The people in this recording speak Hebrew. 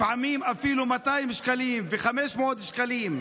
לפעמים אפילו 200 שקלים או 500 שקלים.